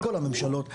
כל הממשלות,